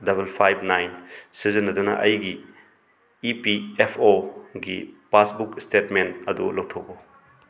double five nine ꯁꯤꯖꯤꯟꯅꯗꯨꯅ ꯑꯩꯒꯤ E P F O ꯒꯤ ꯄꯥꯁꯕꯨꯛ ꯏꯁꯇꯦꯠꯃꯦꯟ ꯑꯗꯨ ꯂꯧꯊꯣꯛ ꯎ